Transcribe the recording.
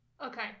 Okay